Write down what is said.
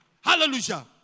Hallelujah